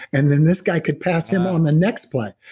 and then this guy could pass him on the next play.